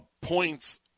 points